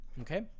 Okay